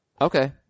Okay